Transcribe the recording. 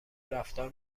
رفتار